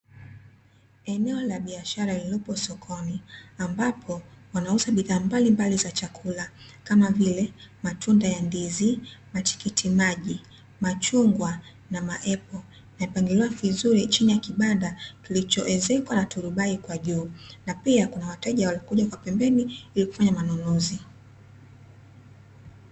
Eneo la biashara lililopo sokoni ambapo wanauza bidhaa mbalimbali za chakula kama vile matunda ya ndizi, matikiti maji, machungwa na maepo yamepangiliwa vizuri chini ya kibanda kilichoezekwa na turubai kwa juu na pia kuna wateja waliokuja kwa pembeni ili kufanya manunuzi.